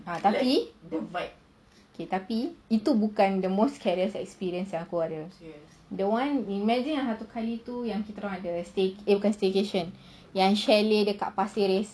ah tapi okay tapi itu bukan the most scariest experience aku ada the one imagine ada satu kali tu kita orang ada staycation eh bukan staycation yang chalet dekat pasir ris